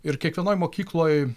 ir kiekvienoj mokykloj